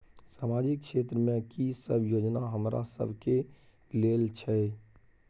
सामाजिक क्षेत्र में की सब योजना हमरा सब के लेल छै?